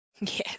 Yes